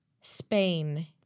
Spain